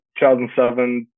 2007